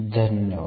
धन्यवाद